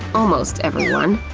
almost everyone.